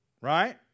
right